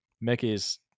Mickey's